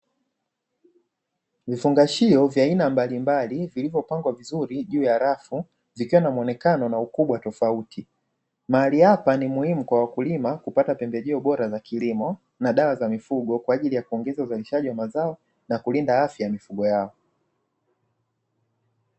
Vifungashio vya aina mbalimbali vilivyofungwa vizuri juu ya rafu zikiwa na muonekano na ukubwa tofauti, mahali hapa mi muhimu kwa wakulima kupata pembejeo bora za kilimo na dawa za mifugo kwa ajili ya kuongeza uzalishaji wa mazao na kulinda afya ya mifugo yao.